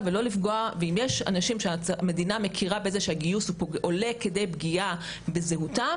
ואם יש אנשים שהמדינה מכירה בזה שהגיוס עולה כדי פגיעה בזהותם,